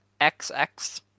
XX